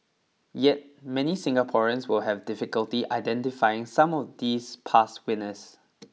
yet many Singaporeans will have difficulty identifying some of these past winners